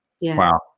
wow